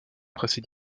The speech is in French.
tracé